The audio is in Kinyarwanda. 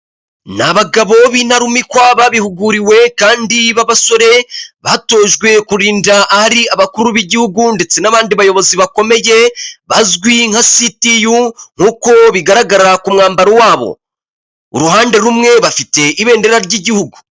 Ni abagabo bo b'intarumikwa babihuguriwe kandi b'abasore, batojwe kurinda ahari abakuru b'igihugu ndetse n'abandi bayobozi bakomeye bazwi nka sitiyu nk'uko bigaragara ku mwambaro wabo, uruhande rumwe bafite ibendera ry'igihugu.